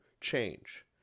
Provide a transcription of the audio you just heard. change